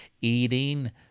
eating